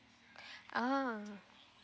oh